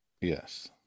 yes